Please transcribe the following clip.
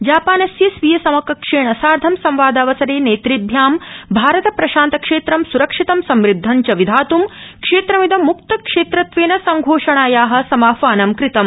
जापानस्य स्वीय समकक्षेण सार्धं संवादावसरे नेतृभ्यां भारत प्रशान्त क्षेत्रं सुरक्षितं समृद्धं च विधातुं क्षेत्रमिदं मुक्तक्षेत्रत्वेन संघोषणाया समाह्वानं कृतम्